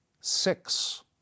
Six